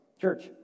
Church